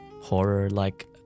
horror-like